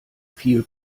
viel